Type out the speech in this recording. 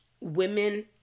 women